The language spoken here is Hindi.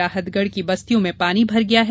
राहतगढ की बस्तियों में पानी भर गया है